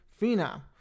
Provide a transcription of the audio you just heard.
phenom